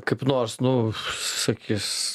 kaip nors nu sakys